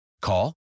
Call